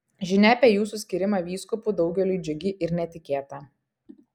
žinia apie jūsų skyrimą vyskupu daugeliui džiugi ir netikėta